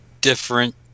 different